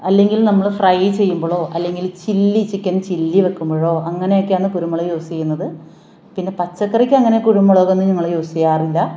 അല്ലെങ്കില് നമ്മൾ ഫ്രൈ ചെയ്യുമ്പോഴോ അല്ലെങ്കിൽ ചില്ലി ചിക്കന് ചില്ലി വയ്ക്കുമ്പോഴോ അങ്ങനെയൊക്കെയാണ് കുരുമുളക് യൂസ് ചെയ്യുന്നത് പിന്നെ പച്ചക്കറിക്ക് അങ്ങനെ കുരുമുളകൊന്നും ഞങ്ങൾ യൂസ് ചെയ്യാറില്ല